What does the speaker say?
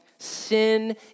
Sin